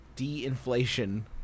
de-inflation